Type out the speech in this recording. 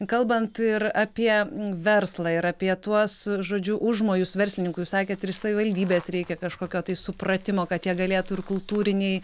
kalbant ir apie verslą ir apie tuos žodžiu užmojus verslininkų jūs sakėt ir savivaldybės reikia kažkokio tai supratimo kad jie galėtų ir kultūriniai